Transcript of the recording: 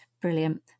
Brilliant